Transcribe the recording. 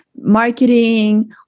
marketing